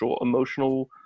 emotional